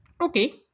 okay